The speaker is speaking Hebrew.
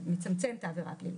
הוא מצמצם את העבירה הפלילית.